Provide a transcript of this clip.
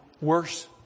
worse